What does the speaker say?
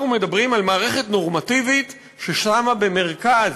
אנחנו מדברים על מערכת נורמטיבית ששמה במרכז,